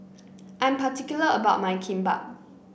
I'm particular about my Kimbap